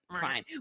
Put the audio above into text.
fine